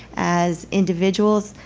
as individuals,